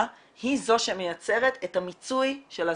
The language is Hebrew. היא זו שמייצרת את המיצוי של הזכאות.